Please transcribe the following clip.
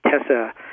Tessa